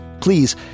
Please